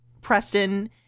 Preston